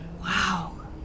Wow